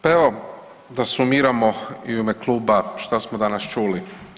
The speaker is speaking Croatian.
Pa evo da sumiramo i u ime kluba šta smo danas čuli.